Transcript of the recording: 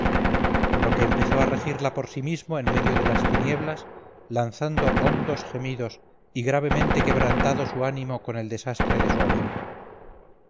con lo que empezó a regirla por sí mismo en medio de las tinieblas lanzando hondos gemidos y gravemente quebrantado su ánimo con el desastre de su amigo